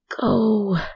Go